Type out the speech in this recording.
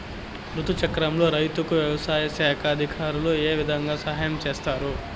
రుతు చక్రంలో రైతుకు వ్యవసాయ శాఖ అధికారులు ఏ విధంగా సహాయం చేస్తారు?